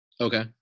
Okay